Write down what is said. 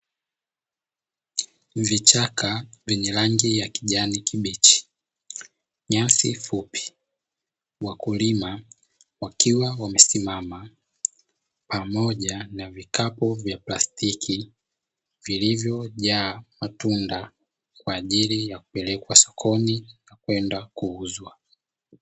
Vichaka vyenye rangi ya kijani kibichi, nyasi fupi, wakulima wakiwa wamesimama pamoja na vikapu vya plastiki vilivyojaa matunda, kwa ajili ya kupelekwa sokoni na kwenda kuuzwa.